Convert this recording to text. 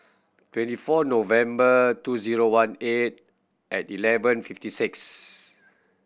twenty four November two zero one eight at eleven fifty six